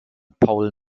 paul